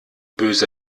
böse